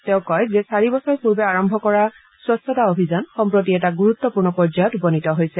তেওঁ কয় যে চাৰি বছৰ পূৰ্বে আৰম্ভ কৰা স্বছ্তা অভিযান সম্প্ৰতি এটা গুৰুত্বপূৰ্ণ পৰ্যায়ত উপনীত হৈছে